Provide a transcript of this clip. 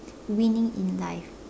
winning in life